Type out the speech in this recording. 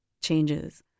changes